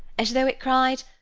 as though it cried,